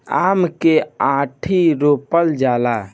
आम के आंठी रोपल जाला